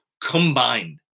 combined